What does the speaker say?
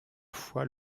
fois